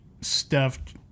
stuffed